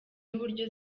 n’uburyo